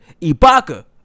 Ibaka